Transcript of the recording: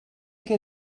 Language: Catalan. què